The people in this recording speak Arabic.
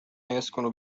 يسكن